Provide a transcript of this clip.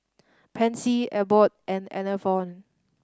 Pansy Abbott and Enervon